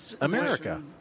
America